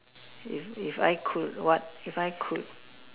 if if I could what if I could